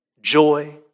joy